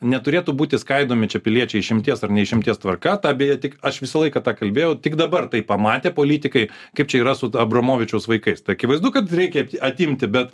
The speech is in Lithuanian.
neturėtų būti skaidomi čia piliečiai išimties ar ne išimties tvarka tą beje tik aš visą laiką kalbėjau tik dabar tai pamatė politikai kaip čia yra su abramovičiaus vaikais tai akivaizdu kad reikia atimti bet